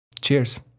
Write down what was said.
Cheers